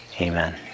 Amen